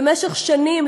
במשך שנים,